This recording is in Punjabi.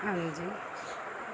ਹਾਂਜੀ